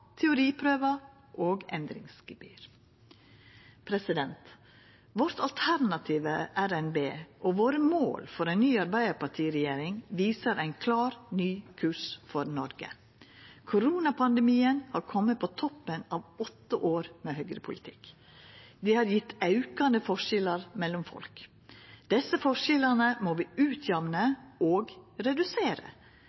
og endringsgebyr. Vårt alternative RNB og våre mål for ei ny arbeidarpartiregjering viser ein klar ny kurs for Noreg. Koronapandemien har kome på toppen av åtte år med høgrepolitikk. Det har gjeve aukande forskjellar mellom folk. Desse forskjellane må vi